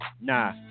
nah